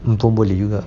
pun boleh juga